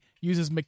uses